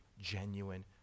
genuine